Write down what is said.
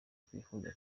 twifuza